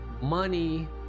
money